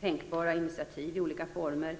Tänkbara initiativ är olika former